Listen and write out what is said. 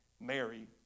Mary